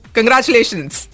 Congratulations